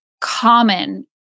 common